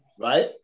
right